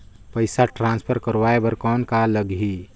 पइसा ट्रांसफर करवाय बर कौन का लगही?